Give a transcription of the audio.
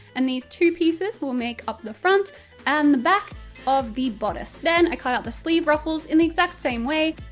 and these two pieces will make up the front and back of the bodice. then i cut out the sleeve ruffles, in the exact same way,